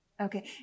Okay